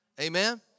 Amen